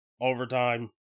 overtime